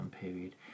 period